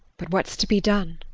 but what's to be done?